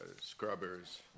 scrubbers